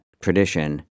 tradition